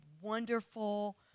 wonderful